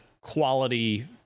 quality